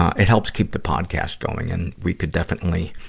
it helps keep the podcast going. and we can definitely,